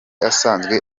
asanzwe